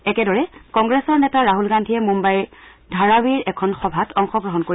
একেদৰে কংগ্ৰেছৰ নেতা ৰাহুল গান্ধীয়ে মুন্নাইৰ ধাৰাৱীৰ এখন সভাত অংশগ্ৰহণ কৰিব